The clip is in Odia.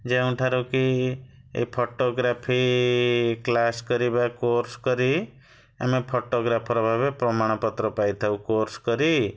ଯେଉଁଠାରୁ କି ଏଇ ଫୋଟୋଗ୍ରାଫି କ୍ଲାସ୍ କରିବା କୋର୍ସ କରି ଆମେ ଫଟୋଗ୍ରାଫର୍ ଭାବେ ପ୍ରମାଣପତ୍ର ପାଇଥାଉ କୋର୍ସ କରି